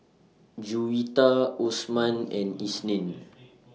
Juwita Osman and Isnin